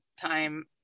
time